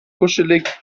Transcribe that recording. kuschelig